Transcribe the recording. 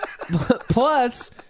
Plus